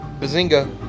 Bazinga